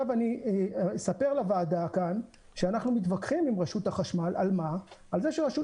אספר לוועדה על מה אנחנו מתווכחים עם רשות החשמל: על זה שרשות